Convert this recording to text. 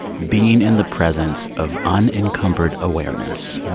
being in the presence of unencumbered awareness.